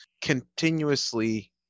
continuously